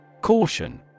Caution